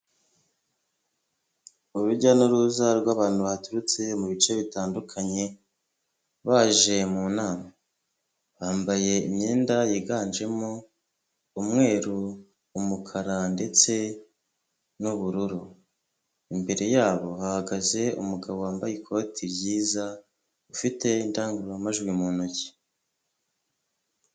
Urujya n'uruza rw'abantu baturutse mu bice bitandukanye baje mu nama, bambaye imyenda yiganjemo umweru, umukara, ndetse n'ubururu. Imbere yabo bahagaze umugabo wambaye ikoti ryiza ufite indangururamajwi mu ntoki.